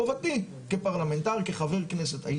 חובתי כפרלמנטר, כחבר כנסת.